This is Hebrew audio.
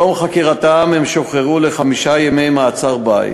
בתום חקירתם הם שוחררו לחמישה ימי מעצר בית.